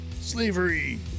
Slavery